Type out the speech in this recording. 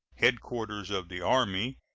headquarters of the army,